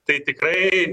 tai tikrai